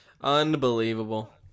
Unbelievable